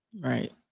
right